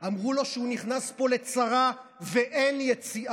/ אמרו לו שהוא נכנס פה לצרה / ואין יציאה.